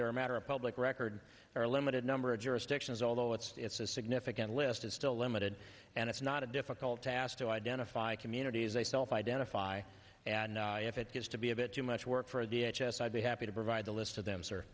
there a matter of public record or a limited number of jurisdictions although it's a significant list is still limited and it's not a difficult task to identify communities they self identify and if it gets to be a bit too much work for a d h s i'd be happy to provide a list of them sir